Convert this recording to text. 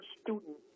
student